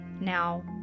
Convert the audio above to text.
Now